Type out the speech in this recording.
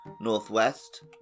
northwest